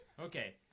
Okay